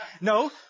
No